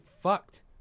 fucked